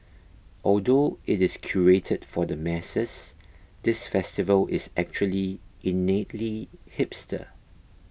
although it is curated for the masses this festival is actually innately hipster